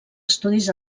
estudis